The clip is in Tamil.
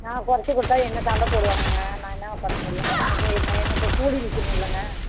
நான் குறச்சி கொடுத்தா என்ன சண்டை போடுவாங்கங்க நான் என்னங்க பண்ண முடியும் எனக்கு என்ன எனக்கு கூலி நிற்கிணும்ல்லங்க